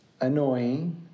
annoying